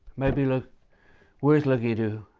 might be look worth looking into.